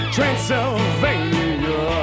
Transylvania